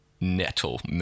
Nettle